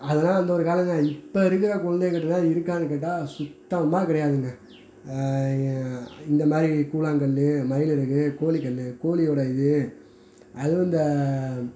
அதெல்லாம் அந்த ஒரு காலமுங்க இப்போ இருக்கிற கொழந்தைங்ககிட்டலாம் அது இருக்கான்னு கேட்டால் சுத்தமாக கிடையாதுங்க இந்த மாதிரி கூலாங்கல் மயில் இறகு கோழி கல் கோழி ஓட இது அதுவும் இந்த